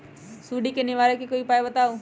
सुडी से निवारक कोई उपाय बताऊँ?